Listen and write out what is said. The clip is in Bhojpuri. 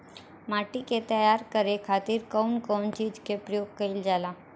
माटी के तैयार करे खातिर कउन कउन चीज के प्रयोग कइल जाला?